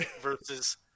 versus